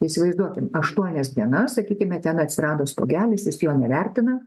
įsivaizduokim aštuonias dienas sakykime ten atsirado stogelis jis jo nevertina